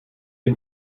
jen